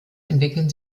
entwickeln